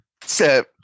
set